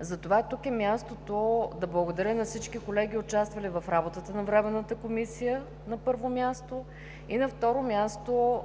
Затова тук е мястото да благодаря на всички колеги, участвали в работата на Временната комисия, на първо място. На второ място,